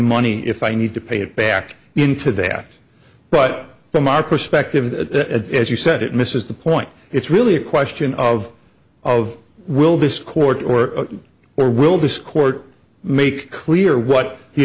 money if i need to pay it back into the act but from our perspective that as you said it misses the point it's really a question of of will this court or or will this court make clear what he